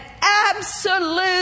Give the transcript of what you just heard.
absolute